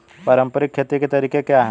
पारंपरिक खेती के तरीके क्या हैं?